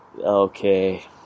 okay